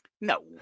No